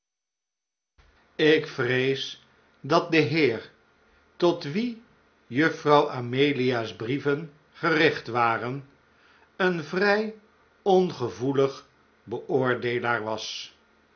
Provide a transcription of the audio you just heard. k vrees dat de heer tot wien juffrouw amelia's brieven gericht waren een p i p vrij ongevoelig beoordeelaar was